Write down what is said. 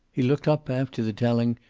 he looked up, after the telling,